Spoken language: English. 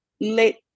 let